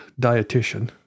dietitian